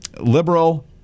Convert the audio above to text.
liberal